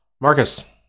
Marcus